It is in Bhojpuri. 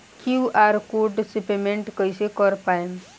क्यू.आर कोड से पेमेंट कईसे कर पाएम?